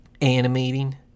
Animating